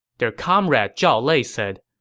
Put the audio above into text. their comrade zhao lei said,